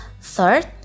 Third